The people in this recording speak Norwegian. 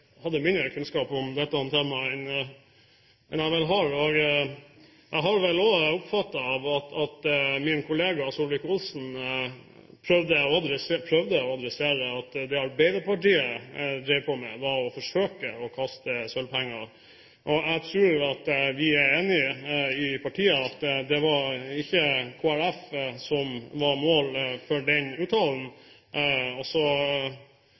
hadde mindre kunnskap om dette temaet enn jeg har. Jeg har vel også oppfattet at min kollega Solvik-Olsen prøvde å adressere at det Arbeiderpartiet drev på med, var å forsøke å kaste sølvpenger. Jeg tror vi er enige om i partiet at det ikke var Kristelig Folkeparti som var målet for den uttalelsen. Så